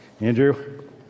Andrew